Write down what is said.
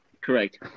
Correct